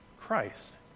Christ